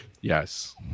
Yes